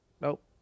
Nope